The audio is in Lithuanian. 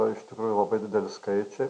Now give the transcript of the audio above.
o iš tikrųjų labai didelį skaičiai